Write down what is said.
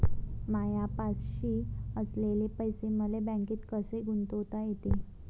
मायापाशी असलेले पैसे मले बँकेत कसे गुंतोता येते?